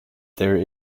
there